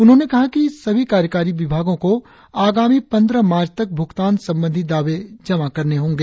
उन्होंने कहा कि सभी कार्यकारी विभागों को आगामी पंद्रह मार्च तक भुगतान संबंधी दावे जमा करना होगा